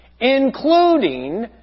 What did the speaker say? including